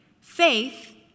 faith